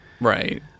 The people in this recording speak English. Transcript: Right